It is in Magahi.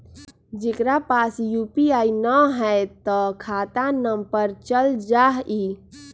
जेकरा पास यू.पी.आई न है त खाता नं पर चल जाह ई?